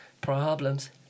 problems